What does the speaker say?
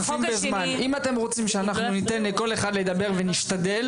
בבקשה, אם אתם רוצים שניתן לכל אחד לדבר ונשתדל,